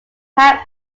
have